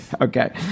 okay